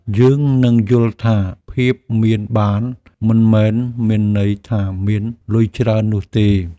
យើងនឹងយល់ថា ភាពមានបាន មិនមែនមានន័យថាមានលុយច្រើននោះទេ។